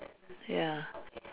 ya